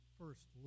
first